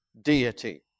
deity